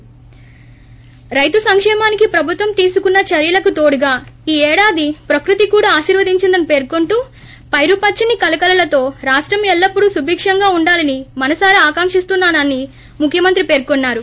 రైతు సంకేమానికి ప్రభుత్వం తీసుకున్న చర్యలకు తోడుగా ఈ ఏడాది ప్రకృతి కూడా ఆశీర్యదించిందని పేర్కొంటూ పైరుపచ్చని కళకళలతో రాష్టం ఎల్లప్పుడూ సుభిక్షంగా ఉండాలని మనసారా ఆకాంకిస్తున్నాను అని ముఖ్యమంత్రి పేర్కొన్నారు